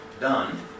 done